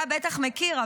אתה בטח מכיר,